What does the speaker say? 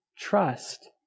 trust